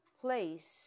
place